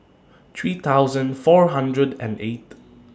three thousand four hundred and eighth